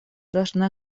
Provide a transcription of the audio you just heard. должны